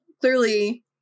clearly